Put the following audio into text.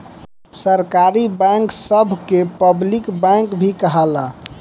सरकारी बैंक सभ के पब्लिक बैंक भी कहाला